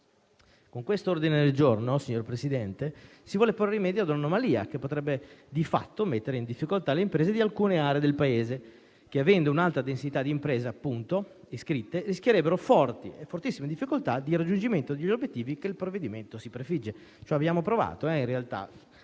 Con questo ordine del giorno si vuole porre rimedio a una anomalia che potrebbe di fatto mettere in difficoltà le imprese di alcune aree del Paese che, avendo un'alta densità di imprese iscritte, rischierebbero fortissime difficoltà nel raggiungimento degli obiettivi che il provvedimento si prefigge. Ci abbiamo provato da questo